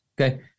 okay